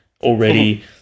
already